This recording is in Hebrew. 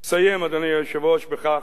אסיים, אדוני היושב-ראש, בכך: